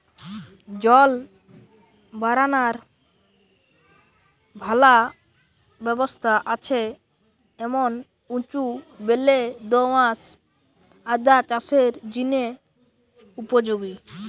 জল বারানার ভালা ব্যবস্থা আছে এমন উঁচু বেলে দো আঁশ আদা চাষের জিনে উপযোগী